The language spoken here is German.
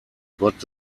gott